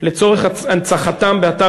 לצורך הנצחתם באתר